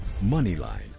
Moneyline